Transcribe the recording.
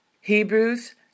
Hebrews